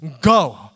Go